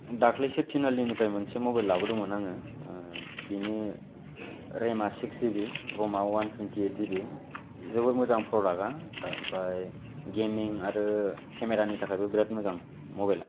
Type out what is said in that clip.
दाखालिसो तिनआलिनिफ्राय मोनसे मबाइल लाबोदोंमोन आङो बेनि रेमआ सिक्स जि बि र'मआ one twenty eight G B जोबोद मोजां प्रडाक्टआ ओमफ्राय गेमिं आरो केमेरानि थाखायबो बिराट मोजां मबाइला